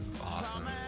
Awesome